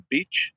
Beach